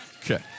Okay